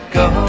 go